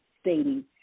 stating